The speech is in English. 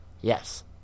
Yes